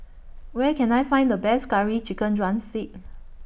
Where Can I Find The Best Curry Chicken Drumstick